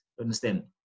understand